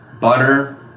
butter